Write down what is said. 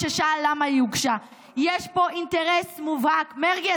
ששאל למה היא הוגשה: יש פה אינטרס מובהק מרגי,